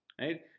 right